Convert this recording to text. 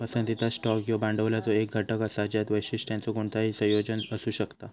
पसंतीचा स्टॉक ह्यो भांडवलाचो एक घटक असा ज्यात वैशिष्ट्यांचो कोणताही संयोजन असू शकता